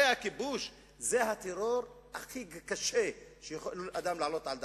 הרי הכיבוש זה הטרור הכי קשה שיכול אדם להעלות על דעתו.